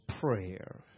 Prayer